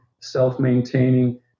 self-maintaining